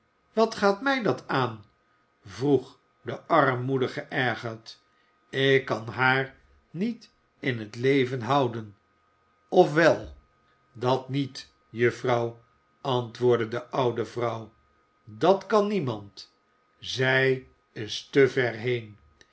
wat gaat mij dat aan vroeg de armmoeder geërgerd ik kan haar niet in t leven houden of wel dat niet juffrouw antwoordde de oude vrouw dat kan niemand zij is te ver heen